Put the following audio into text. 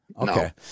Okay